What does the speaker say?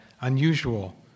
unusual